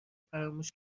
فراموش